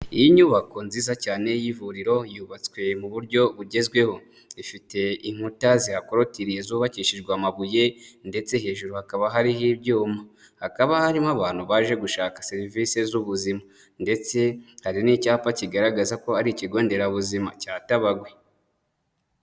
Iyi nyubako nziza cyane y'ivuriro yubatswe mu buryo bugezweho, ifite inkuta zihakorotiriye zubakishijwe amabuye ndetse hejuru hakaba hariho ibyuma, hakaba harimo abantu baje gushaka serivisi z'ubuzima ndetse hari n'icyapa kigaragaza ko ari ikigo nderabuzima cya Tabagwe.